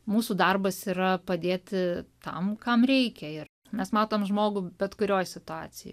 mūsų darbas yra padėti tam kam reikia ir mes matom žmogų bet kurioj situacijoj